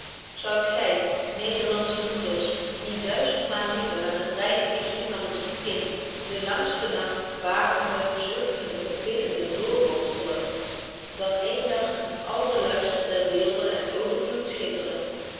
zoudt gy nederlandsche moeders niet duizendmaal liever aan het reine wiegje van een ziek kind den langsten nagt wakende zuchtende biddende drworstelen dan eenen dag in al den luister der weelde en overvloed schitteren